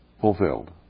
fulfilled